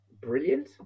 brilliant